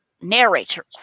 narrator